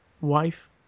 wife